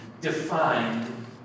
defined